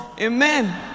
Amen